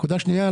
נקודה שנייה,